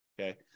okay